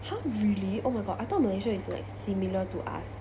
!huh! really oh my god I thought Malaysia is like similar to us